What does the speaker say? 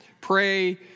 pray